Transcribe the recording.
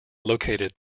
located